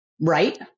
right